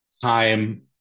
time